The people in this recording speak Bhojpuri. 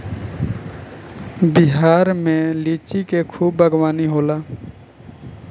बिहार में लिची के खूब बागवानी होला